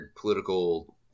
political